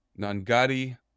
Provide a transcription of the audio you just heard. Nangadi